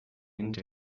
into